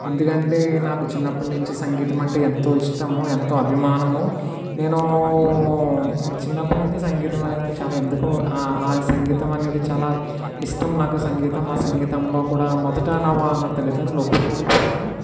ఎందుకంటే నాకు చిన్నప్పటి నుంచి సంగీతం అంటే ఎంతో ఇష్టము ఎంతో అభిమానము నేను చిన్నప్పటి నుంచి సంగీతం అనేది నాకు చాలా ఎందుకో ఆ సంగీతం అనేది చాలా ఇష్టం నాకు సంగీతం ఆ సంగీతంలో కూడా మొదట నా మా తల్లిదండ్రులు ఒప్పుకోకపోయినా